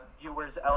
viewers